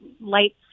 lights